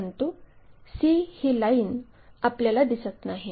परंतु c ही line आपल्याला दिसत नाही